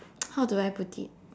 how do I put it